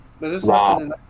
Wow